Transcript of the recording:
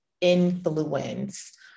influence